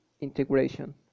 integration